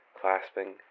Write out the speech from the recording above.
clasping